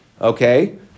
Okay